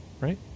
right